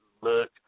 look